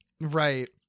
Right